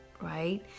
right